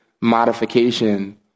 modification